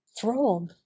Throb